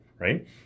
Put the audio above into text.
right